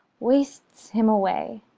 wastes him away!